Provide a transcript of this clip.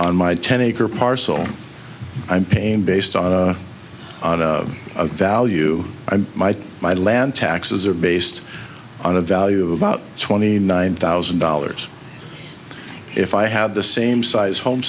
on my ten acre parcel i'm paying based on a value and my land taxes are based on a value of about twenty nine thousand dollars if i had the same size home